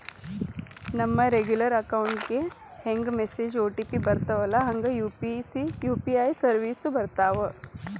ನಮ regular account ಗೆ ಹೆಂಗ ಮೆಸೇಜ್ ಒ.ಟಿ.ಪಿ ಬರ್ತ್ತವಲ್ಲ ಹಂಗ ಯು.ಪಿ.ಐ ಸೆರ್ವಿಸ್ಗು ಬರ್ತಾವ